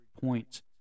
points